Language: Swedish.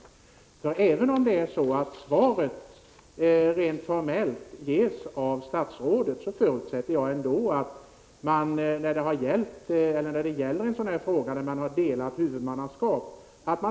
Jag förutsätter att man, även om svaret rent formellt avges av statsrådet, har kontakt mellan departementen när det gäller en sådan här fråga, där man har delat huvudmannaskap.